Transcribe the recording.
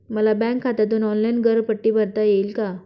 मला बँक खात्यातून ऑनलाइन घरपट्टी भरता येईल का?